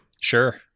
Sure